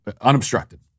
unobstructed